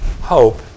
hope